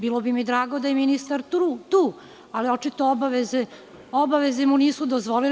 Bilo bi mi drago da je ministar tu, ali očito mu obaveze nisu dozvolile.